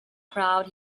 crowd